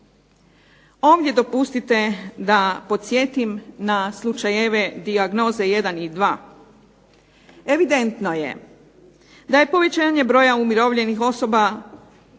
Ovdje, dopustite da podsjetim, na slučajeve Dijagnoze 1 i 2. Evidentno je da je povećanje broja umirovljenih osoba